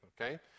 Okay